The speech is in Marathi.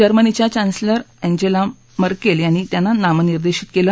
जर्मनीच्या चान्सलर अँजेला मार्कर यांनी त्यांना नामनिर्देशित केलं